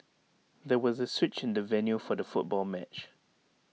there was A switch in the venue for the football match